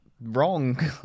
wrong